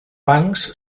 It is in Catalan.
bancs